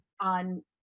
on